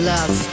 Love